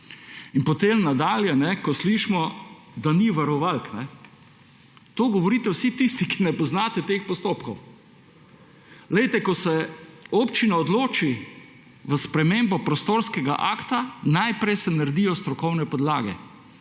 In potem nadalje, ko slišimo, da ni varovalk. To govorite vsi tisti, ki ne poznate teh postopkov. Glejte, ko se občina odloči za spremembo prostorskega akta, se najprej naredijo strokovne podlage.